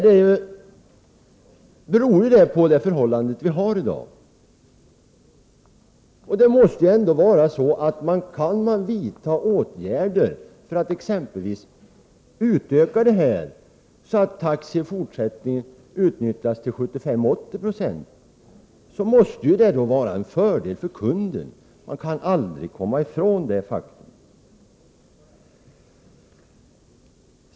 Detta beror, Claes Elmstedt, på det förhållande som vi har i dag. Kan man vidta åtgärder som gör att taxi i fortsättningen utnyttjas till 75-80 26, måste det vara till fördel för kunden. Man kan aldrig komma ifrån detta faktum.